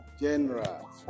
General